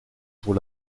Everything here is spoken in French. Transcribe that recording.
pour